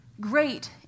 Great